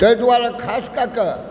ताहि दुआरे खास कए कऽ